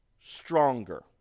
stronger